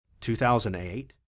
2008